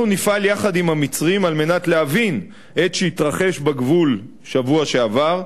אנחנו נפעל יחד עם המצרים על מנת להבין את שהתרחש בגבול בשבוע שעבר,